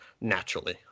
naturally